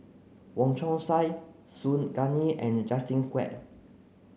Wong Chong Sai Su Guaning and Justin Quek